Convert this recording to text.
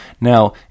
Now